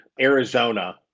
Arizona